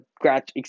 grad